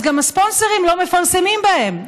אז גם הספונסרים לא מפרסמים בהם,